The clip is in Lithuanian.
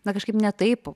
na kažkaip ne taip